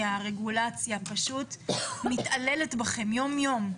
והרגולטיבית פשוט מתעללת בכם יום יום.